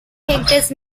business